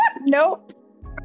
Nope